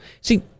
See